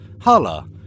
Hala